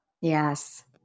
Yes